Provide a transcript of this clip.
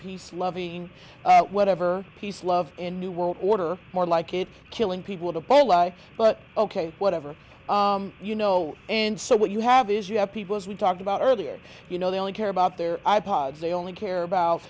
peace loving whatever peace love and new world order more like it killing people the poli but ok whatever you know and so what you have is you have people as we talked about earlier you know they only care about their i pods they only care about